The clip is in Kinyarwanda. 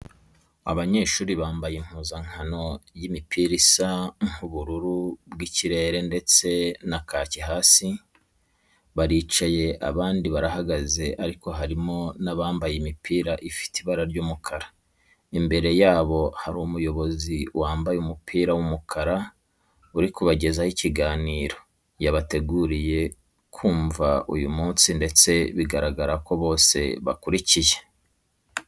Abanyeshuri bambaye impuzankano y'imipira isa nk'ubururu bw'ikirere ndetse na kaki hasi, baricaye abandi barahagaze ariko harimo n'abambaye imipira ifite ibara ry'umukara. Imbere yabo hari umuyobozi wambaye umupira w'umukara uri kubagezaho ikiganiro yabateguriye kumva uyu munsi ndetse bigaragara ko bose bakurikiye.